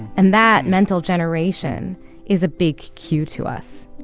and that mental generation is a big cue to us